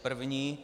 První.